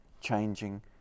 changing